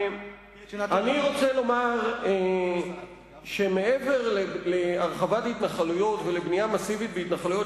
אני רוצה לומר שמעבר להרחבת התנחלויות ובנייה מסיבית בהתנחלויות,